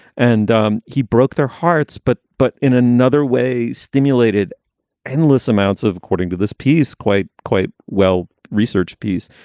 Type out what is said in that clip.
and um he broke their hearts. but but in another way, stimulated endless amounts of, according to this piece, quite, quite well. research piece.